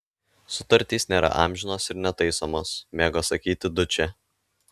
sutartys nėra amžinos ir netaisomos mėgo sakyti dučė